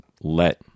let